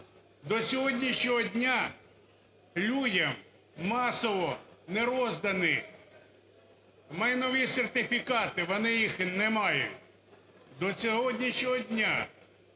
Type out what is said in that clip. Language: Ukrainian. До сьогоднішнього дня людям масово не роздані майнові сертифікати, вони їх не мають. До сьогоднішнього дня